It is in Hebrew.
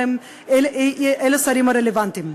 אל השרים הרלוונטיים.